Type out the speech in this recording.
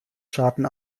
schaden